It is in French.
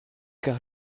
car